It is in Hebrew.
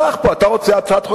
אתה רוצה הצעת חוק?